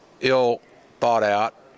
ill-thought-out